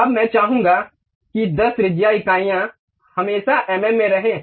अब मैं चाहूंगा कि 10 त्रिज्या इकाइयां हमेशा एमएम में रहें